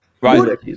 Right